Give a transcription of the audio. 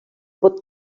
pot